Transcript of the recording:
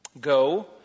Go